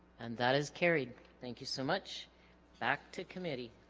and that is carried thank you so much back to committee